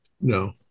No